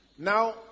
Now